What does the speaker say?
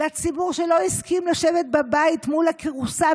לציבור שלא הסכים לשבת בבית על הכורסה